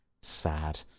Sad